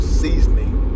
seasoning